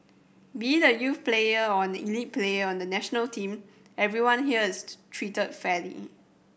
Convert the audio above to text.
be a youth player or an elite player on the national team everyone here is treated fairly